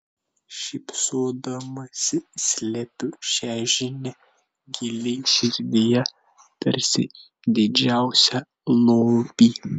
šypsodamasi slepiu šią žinią giliai širdyje tarsi didžiausią lobį